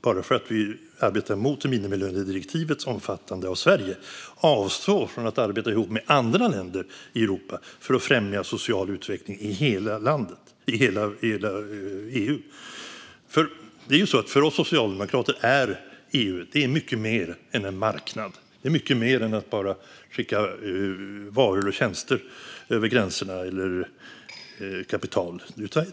Bara för att vi arbetar mot minimilönedirektivets omfattande av Sverige behöver vi inte avstå från att arbeta ihop med andra länder i Europa för att främja social utveckling i hela EU. För oss socialdemokrater är EU mycket mer än en marknad. Det är mycket mer än att bara skicka varor och tjänster eller kapital över gränserna.